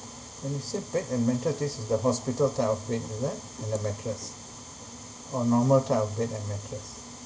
when you said bed and mattress this is the hospital type of bed is it and the mattress or normal type of bed and mattress